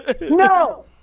No